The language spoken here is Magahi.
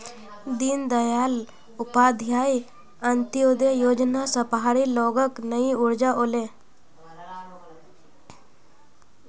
दीनदयाल उपाध्याय अंत्योदय योजना स पहाड़ी लोगक नई ऊर्जा ओले